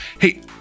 Hey